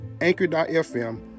Anchor.fm